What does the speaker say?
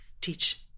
teach